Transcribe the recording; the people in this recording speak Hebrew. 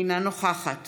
אינה נוכחת